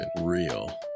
real